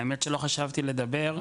האמת שלא חשבתי לדבר.